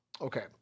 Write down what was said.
Okay